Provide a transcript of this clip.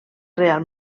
reial